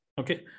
okay